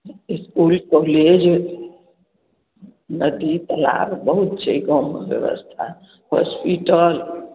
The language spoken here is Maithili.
इसकुल कौलेज नदी तलाब बहुत छै गाँवमे ब्यवस्था होस्पिटल